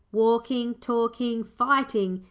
walking, talking, fighting,